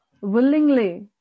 willingly